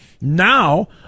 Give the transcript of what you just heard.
Now